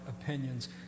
opinions